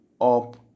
up